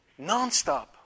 nonstop